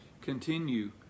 continue